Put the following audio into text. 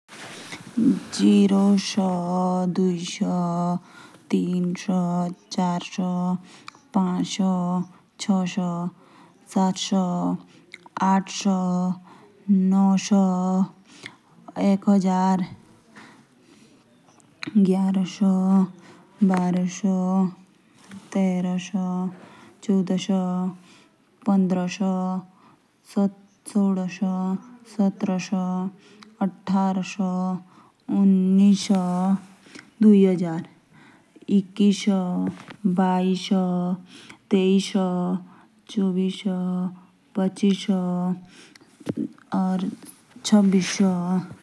जीरो, निनियानवे, अथानवे, सतनानवे, चियानवे, पिचियानवे, चोरानवे, तिरानवे, बीनवे, इकियानवे। नम्बे, उन्मभे, अथासी, स्टासी, चियासी, पिचियासी, चोरासी, तिरासी, बियासी, इकियासी अस्सी।